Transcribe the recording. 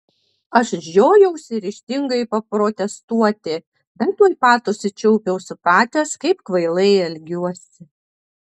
aš žiojausi ryžtingai paprotestuoti bet tuoj pat užsičiaupiau supratęs kaip kvailai elgiuosi